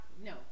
No